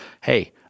hey